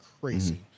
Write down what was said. crazy